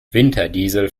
winterdiesel